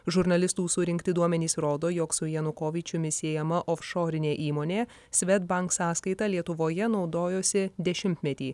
žurnalistų surinkti duomenys rodo jog su janukovyčiumi siejama ofšorinė įmonė svedbank sąskaitą lietuvoje naudojosi dešimtmetį